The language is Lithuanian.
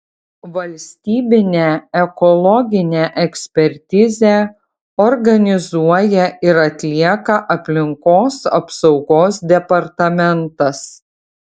valstybinę ekologinę ekspertizę organizuoja ir atlieka aplinkos apsaugos departamentas